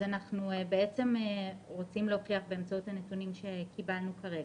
אנחנו רוצים, באמצעות הנתונים שקיבלנו כרגע,